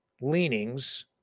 leanings